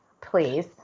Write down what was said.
please